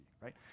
right